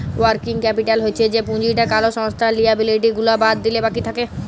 working capital হচ্ছ যে পুঁজিটা কোলো সংস্থার লিয়াবিলিটি গুলা বাদ দিলে বাকি থাক্যে